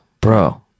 Bro